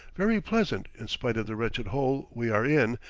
very pleasant, in spite of the wretched hole we are in,